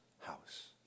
house